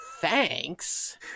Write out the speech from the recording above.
thanks